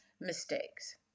mistakes